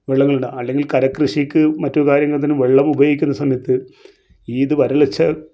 വിളകളിടാം അല്ലങ്കിൽ കരക്കൃഷിക്ക് മറ്റ് കാര്യങ്ങൾക്ക് തന്നെ വെള്ളം ഉപയോഗിക്കുന്ന സമയത്ത് ഇത് വരൾച്ച